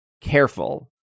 careful